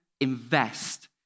invest